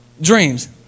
dreams